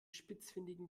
spitzfindigen